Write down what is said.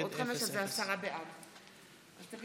ולרעידות אדמה לוועדת העבודה,